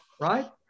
right